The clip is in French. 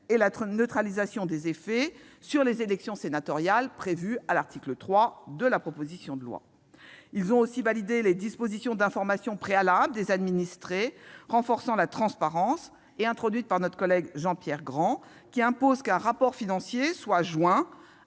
et la neutralisation des effets sur les élections sénatoriales prévues à l'article 3 ; les dispositions sur l'information préalable des administrés, renforçant la transparence et introduites par notre collègue Jean-Pierre Grand, qui imposent qu'un rapport financier soit joint